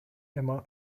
emma